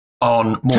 on